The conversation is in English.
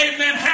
Amen